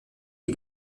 die